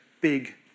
big